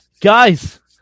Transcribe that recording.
guys